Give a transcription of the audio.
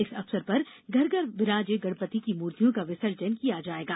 इस अवसर पर घर घर बिराजे गणपति की मूर्तियों का विसर्जन किया जायेगा